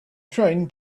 train